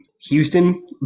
Houston